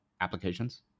applications